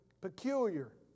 Peculiar